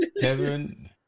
Kevin